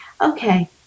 okay